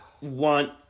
want